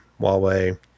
Huawei